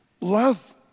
Love